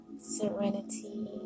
serenity